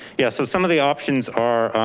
yeah, so some of the options are,